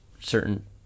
certain